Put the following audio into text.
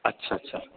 اچھا اچھا